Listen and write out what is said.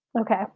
Okay